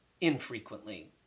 infrequently